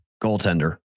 goaltender